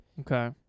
Okay